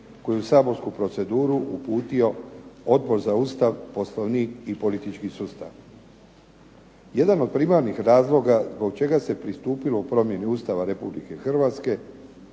koji je u saborsku proceduru uputio Odbor za Ustav, Poslovnik i politički sustav. Jedan od primarnih razloga zbog čega se pristupilo promjeni Ustava Republike Hrvatske